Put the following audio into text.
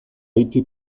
été